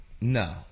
No